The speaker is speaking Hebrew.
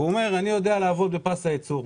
אמר שהוא יודע לעבוד בפס הייצור,